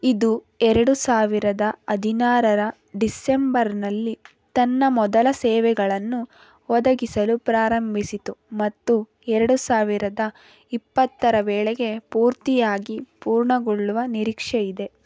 ಇದು ಎರಡು ಸಾವಿರದ ಹದಿನಾರರ ಡಿಸೆಂಬರ್ನಲ್ಲಿ ತನ್ನ ಮೊದಲ ಸೇವೆಗಳನ್ನು ಒದಗಿಸಲು ಪ್ರಾರಂಭಿಸಿತು ಮತ್ತು ಎರಡು ಸಾವಿರದ ಇಪ್ಪತ್ತರ ವೇಳೆಗೆ ಪೂರ್ತಿಯಾಗಿ ಪೂರ್ಣಗೊಳ್ಳುವ ನಿರೀಕ್ಷೆ ಇದೆ